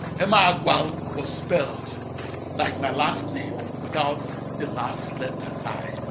emeagwal was spelled like my last name without the last letter i.